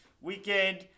weekend